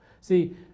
See